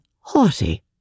haughty